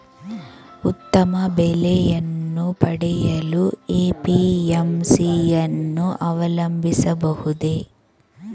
ಉತ್ತಮ ಬೆಲೆಯನ್ನು ಪಡೆಯಲು ಎ.ಪಿ.ಎಂ.ಸಿ ಯನ್ನು ಅವಲಂಬಿಸಬಹುದೇ?